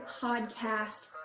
podcast